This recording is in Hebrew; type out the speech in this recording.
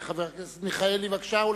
חבר הכנסת מיכאלי, בבקשה.